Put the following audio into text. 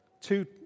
Two